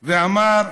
ואמר: